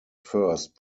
first